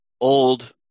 old